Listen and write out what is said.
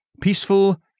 peaceful